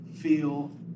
feel